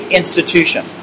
institution